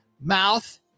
mouth